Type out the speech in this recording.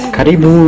Karibu